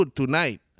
tonight